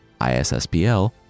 ISSPL